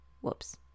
whoops